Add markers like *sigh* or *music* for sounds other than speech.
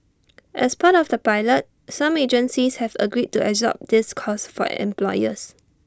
*noise* as part of the pilot some agencies have agreed to absorb this cost for employers